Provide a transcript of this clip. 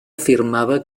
afirmava